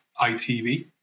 ITV